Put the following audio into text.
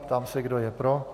Ptám se, kdo je pro.